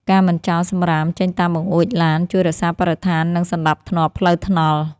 ការមិនចោលសម្រាមចេញតាមបង្អួចឡាន ជួយរក្សាបរិស្ថាន និងសណ្តាប់ធ្នាប់ផ្លូវថ្នល់។